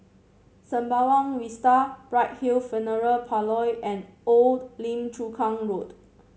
Sembawang Vista Bright Hill Funeral Parlour and Old Lim Chu Kang Road